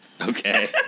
Okay